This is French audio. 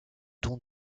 dont